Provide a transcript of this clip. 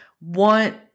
want